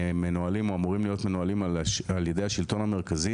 שאמורים להיות מנוהלים על ידי השלטון המרכזי